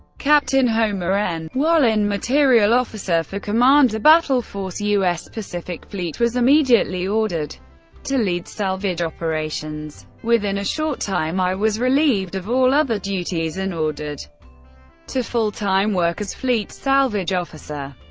captain homer n. wallin, material officer for commander, battle force, u s. pacific fleet, was immediately ordered to lead salvage operations. within a short time i was relieved of all other duties and ordered to full time work as fleet salvage officer.